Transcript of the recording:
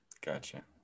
Gotcha